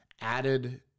Added